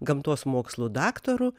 gamtos mokslų daktaru